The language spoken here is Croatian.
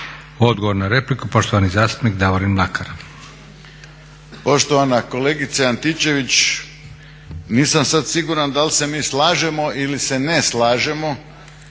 Odgovor na repliku poštovani zastupnik Davorin Mlakar.